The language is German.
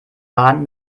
baden